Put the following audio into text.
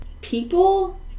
people